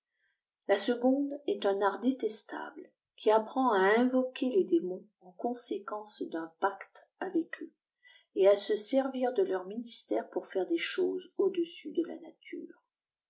la seconde est un art détestable qui apprend à invoquer les démons en conséquence d'un pacte avec eux et à se servir de leur ministère pour faire des choses au dessus de la nature